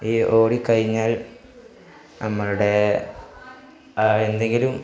ഈ ഓടിക്കഴിഞ്ഞാൽ നമ്മളുടെ എന്തെങ്കിലും